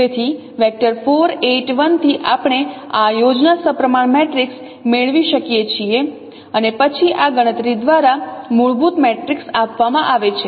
તેથી 4 8 1 થી આપણે આ યોજના સપ્રમાણ મેટ્રિક્સ મેળવી શકીએ છીએ અને પછી આ ગણતરી દ્વારા મૂળભૂત મેટ્રિક્સ આપવામાં આવે છે